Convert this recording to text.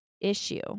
issue